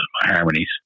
harmonies